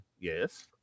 Yes